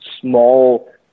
small